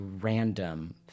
random